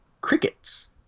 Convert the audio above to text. crickets